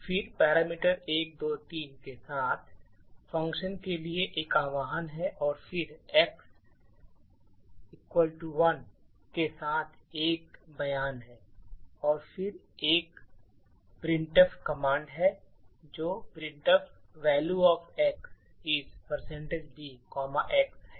फिर पैरामीटर 1 2 और 3 के साथ फ़ंक्शन के लिए एक आह्वान है और फिर x 1 के साथ एक बयान है और फिर एक प्रिंटफ है जो printf"Value of X is dn"x है